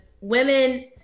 women